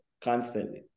constantly